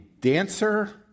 dancer